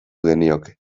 genioke